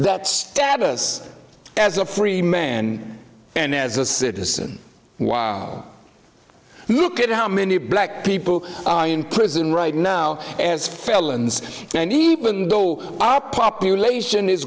that status as a free man and as a citizen while look at how many black people in prison right now as felons and even though our population is